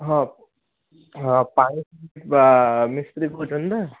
ହଁ ହଁ ପାଣି ବା ମିସ୍ତ୍ରୀ କହୁଛନ୍ତି ନା